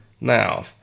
now